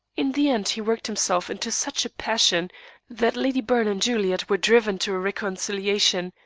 in the end, he worked himself into such a passion that lady byrne and juliet were driven to a reconciliation,